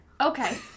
Okay